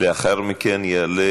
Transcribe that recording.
לאחר מכן יעלה